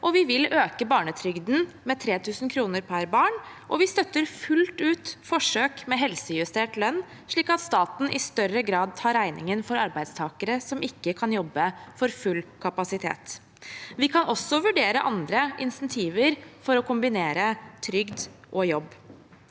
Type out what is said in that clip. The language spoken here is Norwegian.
vi vil øke barnetrygden med 3 000 kr per barn, og vi støtter fullt ut forsøk med helsejustert lønn, slik at staten i større grad tar regningen for arbeidstakere som ikke kan jobbe for full kapasitet. Vi kan også vurdere andre insentiver for å kombinere trygd og jobb.